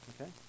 Okay